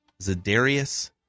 Zadarius